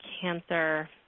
cancer